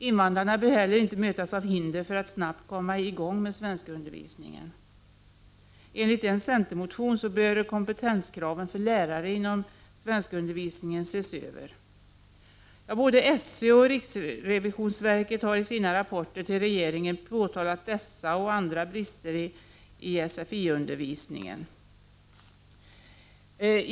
Invandrarna bör inte heller mötas av hinder för att snabbt komma i gång med svenskundervisningen. Enligt en centermotion bör kompetenskraven för lärare inom svenskundervisningen ses över. Både SÖ och riksrevisionsverket har i sina rapporter till regeringen påtalat dessa och andra brister i sfi-undervisningen.